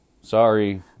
Sorry